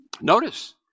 Notice